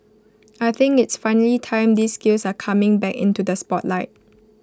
I think it's finally time these skills are coming back into the spotlight